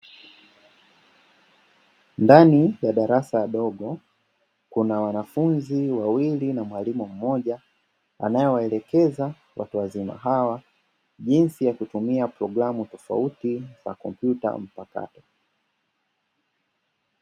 Ndani ya darasa dogo Kuna wanafunzi wawili na mwalimu mmoja anayewaelekeza watu wazima hawa jinsi ya kutumia programu tofauti za kompyuta mpakato.